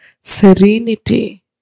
serenity